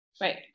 right